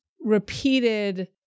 repeated